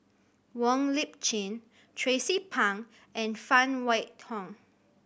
Wong Lip Chin Tracie Pang and Phan Wait Hong